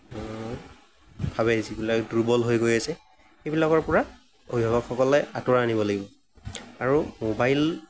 ভাৱে যিবিলাক দূৰ্বল হৈ গৈ আছে সেইবিলাকৰ পৰা অভিভাৱকসকলে আতঁৰাই আনিব লাগিব আৰু মোবাইল